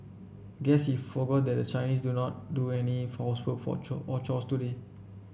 guess he forgot that the Chinese do not do any housework for chore or chores today